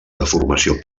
deformació